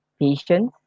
patience